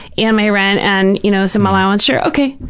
and my rent and, you know, some allowance? sure, okay.